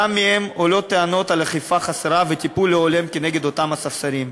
גם מהם עולות טענות על אכיפה חסרה וטיפול לא הולם כנגד אותם הספסרים,